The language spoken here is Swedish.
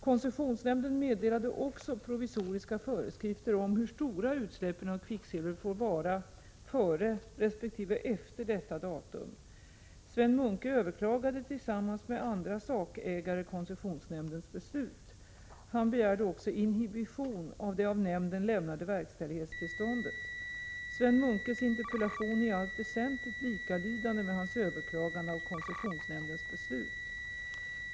Koncessionsnämnden meddelade också provisoriska föreskrifter om hur stora utsläppen av kvicksilver får vara före resp. efter detta datum. Sven Munke överklagade tillsammans med andra sakägare koncessionsnämndens beslut. Han begärde också inhibition av det av nämnden lämnade verkställighetstillståndet. Sven Munkes interpellation är i allt väsentligt likalydande med hans överklagande av koncessionsnämndens beslut.